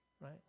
right